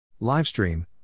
Livestream